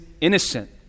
innocent